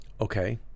Okay